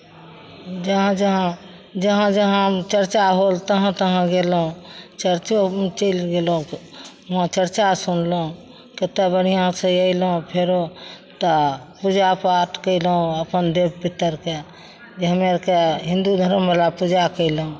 जहाँ जहाँ जहाँ जहाँ चर्चा होल तहाँ तहाँ गेलहुँ चर्चोमे चलि गेलहुँ तऽ वहाँ चर्चा सुनलहुँ कतेक बढ़िआँसँ अयलहुँ फेरो तऽ पूजा पाठ कयलहुँ अपन देव पितरके जे हमरा अरके हिन्दू धर्मवला पूजा कयलहुँ